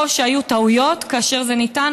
או שהיו טעויות כאשר זה ניתן,